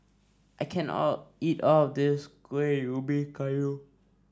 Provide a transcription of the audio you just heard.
I can't all eat all of this Kuih Ybi Kayu